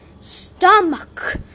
stomach